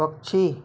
पक्षी